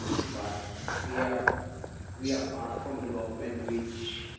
but we are we are part from the government reach.